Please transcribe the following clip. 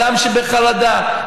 אדם בחרדה,